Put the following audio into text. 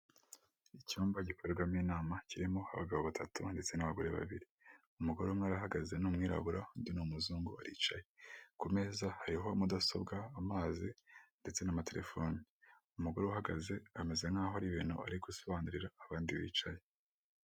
Icyumba gikorerwamo inama kirimo abagabo batatu ndetse n'abagore babiri, umugore umwe ara ahahagaze ni umwirabura undi ni umuzungu aricaye, ku meza hariho mudasobwa amazi ndetse n'amaterefone, umugore uhagaze ameze nkaho hari ibintu ari gusobanurira abandi bicaye.